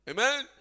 Amen